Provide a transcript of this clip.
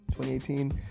2018